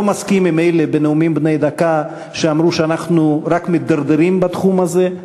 לא מסכים עם אלה שאמרו בנאומים בני דקה שאנחנו רק מידרדרים בתחום הזה.